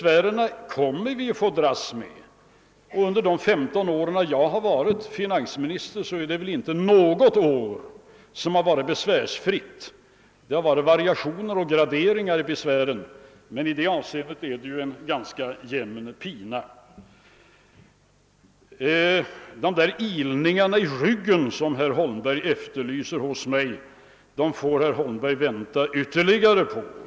Vi kommer att få dras med dem, och under de 15 år jag har varit finansminister har väl inte något år varit besvärsfritt. Det har varit variationer i fråga om besvären, men det är i dessa avseenden ganska jämn pina för mig. De där ilningarna i ryggen som herr Holmberg efterlyste hos mig får han vänta på.